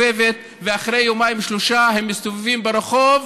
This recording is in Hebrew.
כאשר רוצח יודע שקרוב לוודאי,